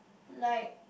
like